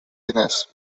diners